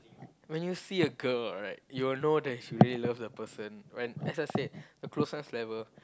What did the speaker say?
when you see a girl alright you will know that if you really love the person when let's just say the closest level